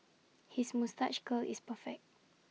his moustache curl is perfect